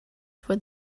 for